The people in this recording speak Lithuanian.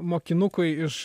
mokinukui iš